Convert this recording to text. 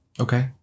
Okay